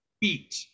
beat